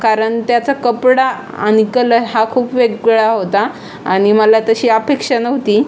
कारण त्याचा कपडा आणि कल हा खूप वेगळा होता आणि मला तशी अपेक्षा नव्हती